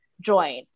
join